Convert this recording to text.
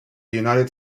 united